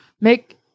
make